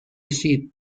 seat